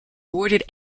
awarded